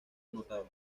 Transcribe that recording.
anotado